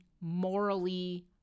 morally